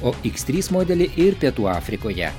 o x trys modelį ir pietų afrikoje